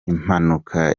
impanuka